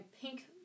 pink